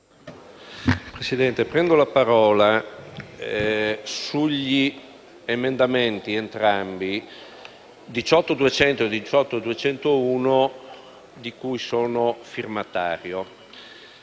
Presidente, prendo la parola sugli emendamenti 18.200 e 18.201 di cui sono firmatario: